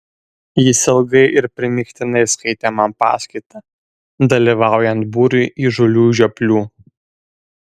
jis ilgai ir primygtinai skaitė man paskaitą dalyvaujant būriui įžūlių žioplių